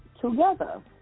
together